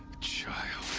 child.